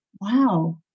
wow